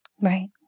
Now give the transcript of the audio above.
Right